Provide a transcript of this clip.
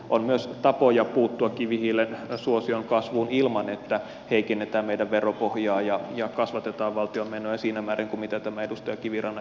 on myös tapoja puuttua kivihiilen suosion kasvuun ilman että heikennetään meidän veropohjaa ja kasvatetaan valtion menoja siinä määrin kuin mitä tämä edustaja kivirannan ehdotus merkitsisi